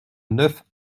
neuf